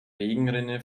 regenrinne